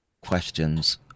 questions